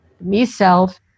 me-self